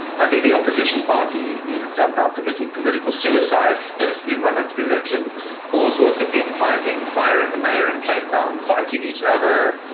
i think the opposition party is somehow committing political suicide as we run up to the election all sorts of infighting, firing the mayor of cape town, fighting each other,